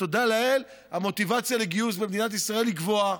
ותודה לאל, המוטיבציה לגיוס במדינת ישראל גבוהה.